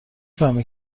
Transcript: فهمی